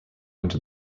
under